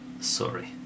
Sorry